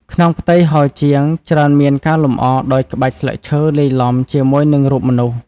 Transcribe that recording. ក្នុងផ្ទៃហោជាង ច្រើនមានការលម្អដោយ ក្បាច់ស្លឹកឈើលាយឡំ ជាមួយនឹងរូបមនុស្ស។